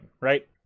right